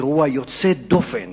זה אירוע יוצא דופן